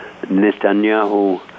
Netanyahu